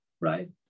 right